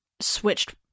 switched